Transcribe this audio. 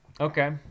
Okay